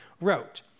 wrote